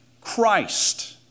Christ